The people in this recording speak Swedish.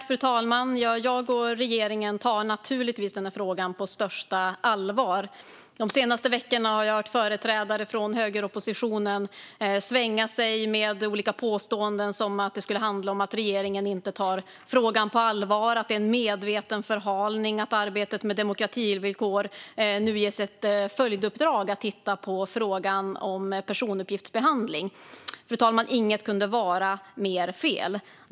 Fru talman! Jag och regeringen tar naturligtvis den här frågan på största allvar. De senaste veckorna har jag hört företrädare för högeroppositionen svänga sig med olika påståenden som att det skulle handla om att regeringen inte tar frågan på allvar och att det är en medveten förhalning att arbetet med demokrativillkor nu ges ett följduppdrag att titta på frågan om personuppgiftsbehandling. Fru talman! Inget kunde vara mer fel.